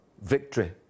victory